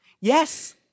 yes